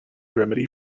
remedy